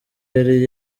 yari